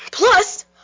Plus